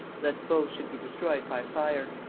lest both should be destroyed by fire.